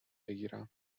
بگیرم